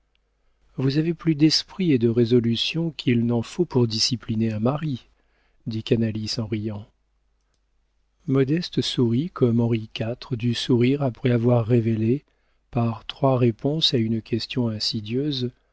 vous avez plus d'esprit et de résolution qu'il n'en faut pour discipliner un mari dit canalis en riant modeste sourit comme henri iv dut sourire après avoir révélé par trois réponses à une question insidieuse